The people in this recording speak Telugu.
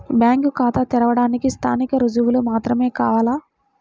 బ్యాంకు ఖాతా తెరవడానికి స్థానిక రుజువులు మాత్రమే కావాలా?